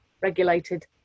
regulated